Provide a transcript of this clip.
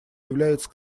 является